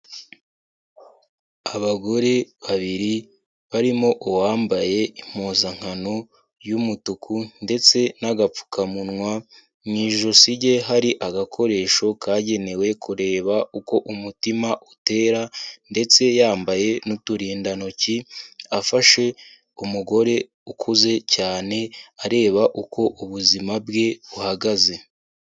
Abagore babiri barimo uwambaye impuzankano y'umutuku ndetse n'agapfukamunwa, mu ijosi rye hari agakoresho kagenewe kureba uko umutima utera ndetse yambaye n'uturindantoki, afashe umugore ukuze cyane areba uko ubuzima bwe buhagaze.